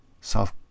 South